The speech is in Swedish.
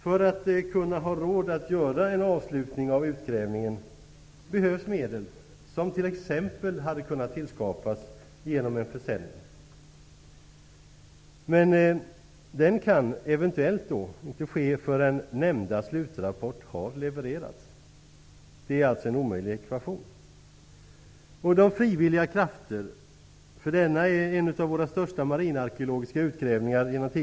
För att kunna ha råd att göra en avslutning av utgrävningen behövs medel, som t.ex. hade kunnat tillskapas genom en försäljning. Men den kan eventuellt inte ske förrän nämnda slutrapport har levererats. Det är alltså en omöjlig ekvation. Detta är en av de genom tiderna största marinarkeologiska utgrävningarna i Sverige.